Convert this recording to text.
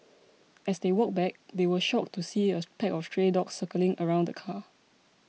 as they walked back they were shocked to see a pack of stray dogs circling around the car